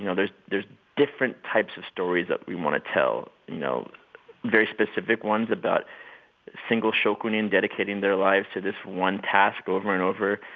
you know there there are different types of stories that we want to tell. from very specific ones about single shokunin dedicating their life to this one task over and over,